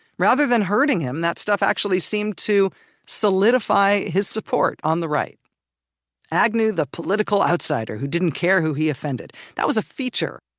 rather than hurting him, that stuff actually seemed to solidify his support on the right agnew the political outsider who didn't care who he offended, that was a feature,